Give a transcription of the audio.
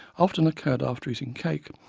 often occurred after eating cake,